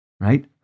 right